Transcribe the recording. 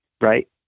Right